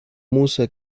musa